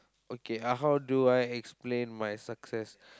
okay how do I explain my success